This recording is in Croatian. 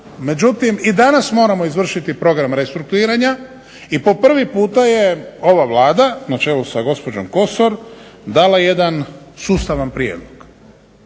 onako, međutim i danas moramo izvršiti Program restrukturiranja i po prvi puta je ova Vlada na čelu sa gospođom Kosor dala jedan sustavan prijedlog.